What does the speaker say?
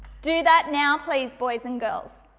do that now please boys and girls.